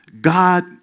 God